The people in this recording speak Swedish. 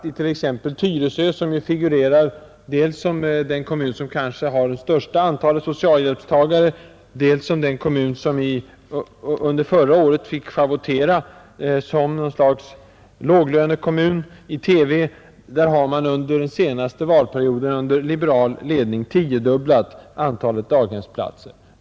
I t.ex. Tyresö, som dels figurerar som den kommun som kanske har det största antalet socialhjälpstagare, dels förra året fick schavottera i TV som något slags låglönekommun, har man under den senaste valperioden under liberal ledning tiodubblat antalet daghemsplatser.